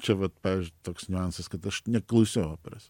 čia vat pavyzdžiui toks niuansas kad aš neklausiau operos